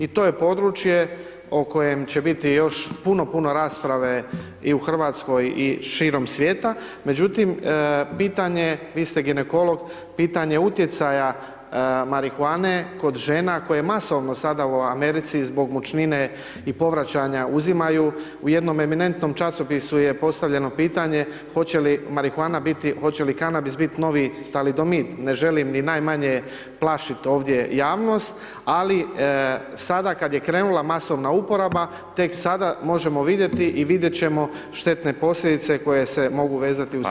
I to je područje o kojem će biti još puno, puno rasprave i u Hrvatskoj i širom svijeta, međutim pitanje, vi ste ginekolog, pitanje utjecaja marihuane kod žena koje masovno sada u Americi zbog mučnine i povraćanja uzimaju u jednom eminentnom časopisu je postavljeno pitanje hoće li marihuana biti, hoće li kanabis biti novi talidomid, ne želim ni najmanje plašit ovdje javnost, ali sada kad je krenula masovna uporaba, tek sada možemo vidjeti i vidjet ćemo štetne posljedice koje se mogu vezati uz kanabis.